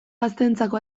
gazteentzako